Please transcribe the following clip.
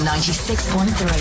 96.3